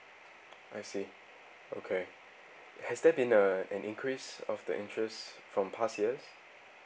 I see okay has there been a an increase of the interest from past years